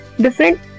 different